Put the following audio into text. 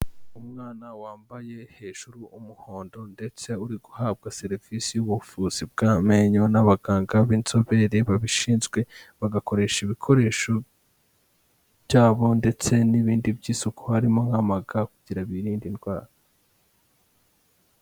Umwana wambaye hejuru umuhondo ndetse uri guhabwa serivisi y'ubuvuzi bw'amenyo n'abaganga b'inzobere babishinzwe bagakoresha ibikoresho byabo ndetse n'ibindi by'isuku harimo nk'amaga kugira birinde indwara.